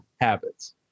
habits